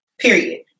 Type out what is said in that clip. period